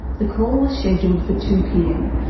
the call was scheduled for two pm.